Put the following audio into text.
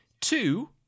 two